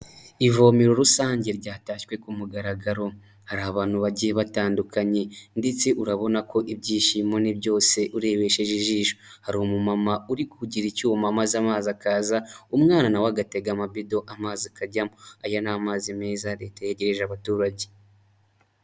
Ivomero rusange ryatashywe ku mugaragaro, hari abantu bagiye batandukanye ndetse urabona ko ibyishimo ni byose urebesheje ijisho, hari umumama urigira icyuma maze amazi akaza umwana nawe we agatega amabido amazi akajyamo, aya namazi meza Leta yegereje abaturage.